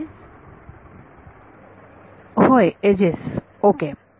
विद्यार्थी एजेस होय ages okay